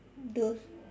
the